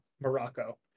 Morocco